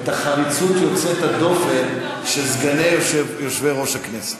את החריצות יוצאת הדופן של סגני יושב-ראש הכנסת.